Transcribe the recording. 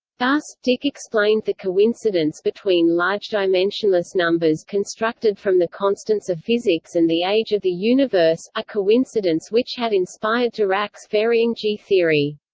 thus, dicke explained the coincidence between large dimensionless numbers constructed from the constants of physics and the age of the universe, a coincidence which had inspired dirac's varying-g theory.